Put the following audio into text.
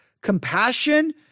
compassion